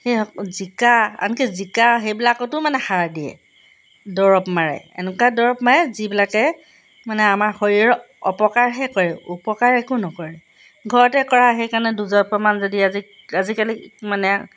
সেই জিকা আনকি জিকা সেইবিলাকতো মানে সাৰ দিয়ে দৰৱ মাৰে এনেকুৱা দৰৱ মাৰে যিবিলাকে মানে আমাৰ শৰীৰৰ অপকাৰহে কৰে উপকাৰ একো নকৰে ঘৰতে কৰা সেইকাৰণে যদি আজি আজিকালি মানে